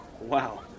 Wow